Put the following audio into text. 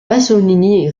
pasolini